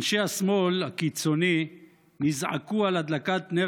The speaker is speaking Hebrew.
אנשי השמאל הקיצוני נזעקו על הדלקת נר